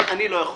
אני לא יכול.